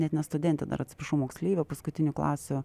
net ne studentė dar atsiprašau moksleivė paskutinių klasių